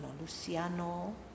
Luciano